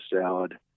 salad